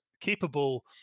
capable